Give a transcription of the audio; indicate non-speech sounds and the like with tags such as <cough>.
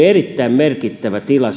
<unintelligible> erittäin merkittävä tila <unintelligible>